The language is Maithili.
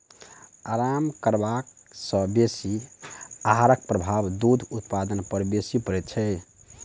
आराम करबा सॅ बेसी आहारक प्रभाव दूध उत्पादन पर बेसी पड़ैत छै